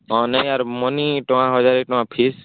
ହଁ ନାଇ ୟାର ମନି ଟଙ୍କା ହଜାର ଟଙ୍କା ଫିସ୍